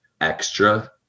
extra